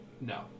No